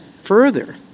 further